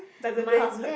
doesn't do housework